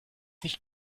nicht